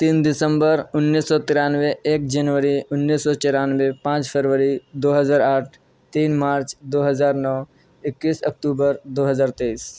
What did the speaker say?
تین دسمبر انیس سو ترانوے ایک جنوری انیس سو چرانوے پانچ فروری دو ہزار آٹھ تین مارچ دو ہزار نو اکیس اکتوبر دو ہزار تیئیس